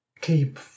keep